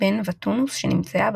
בית הכנסת שאותר בגמלא שברמת הגולן,